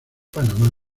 panamá